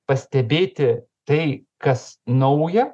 pastebėti tai kas nauja